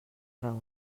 raó